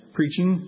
preaching